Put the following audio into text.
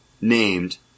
named